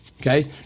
Okay